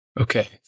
Okay